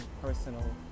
personal